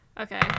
Okay